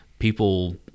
People